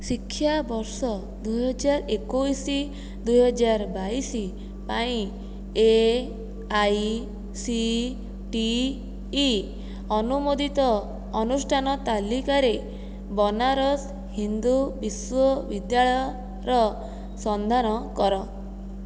ଶିକ୍ଷାବର୍ଷ ଦୁଇହଜାର ଏକୋଇଶ ଦୁଇହଜାର ବାଇଶ ପାଇଁ A I C T E ଅନୁମୋଦିତ ଅନୁଷ୍ଠାନ ତାଲିକାରେ ବନାରସ ହିନ୍ଦୁ ବିଶ୍ୱବିଦ୍ୟାଳୟର ସନ୍ଧାନ କର